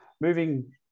moving